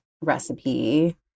recipe